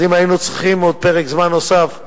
אז אם היינו צריכים עוד פרק זמן נוסף,